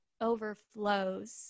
overflows